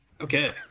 Okay